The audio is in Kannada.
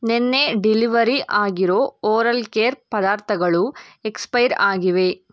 ನೆನ್ನೆ ಡಿಲಿವರಿ ಆಗಿರೋ ಓರಲ್ ಕೇರ್ ಪದಾರ್ಥಗಳು ಎಕ್ಸಪೈರ್ ಆಗಿವೆ